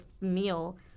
meal